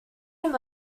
same